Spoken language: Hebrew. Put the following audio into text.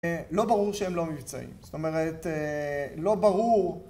לא ברור שהם לא מבצעים, זאת אומרת, לא ברור...